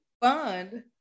fund